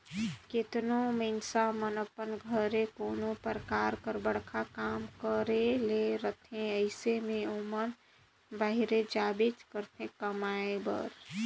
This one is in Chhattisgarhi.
केतनो मइनसे मन अपन घरे कोनो परकार कर बड़खा काम करे ले रहथे अइसे में ओमन बाहिरे जाबेच करथे कमाए बर